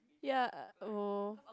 ya oh